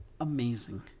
amazing